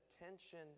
attention